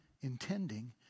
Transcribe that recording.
intending